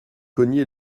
cogné